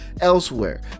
elsewhere